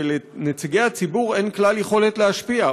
ולנציגי הציבור אין כלל יכולת להשפיע,